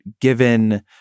given